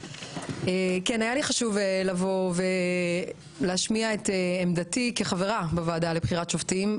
היה לי חשוב לבוא ולהשמיע את עמדתי כחברה בוועדה לבחירת שופטים,